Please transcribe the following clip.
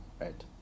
right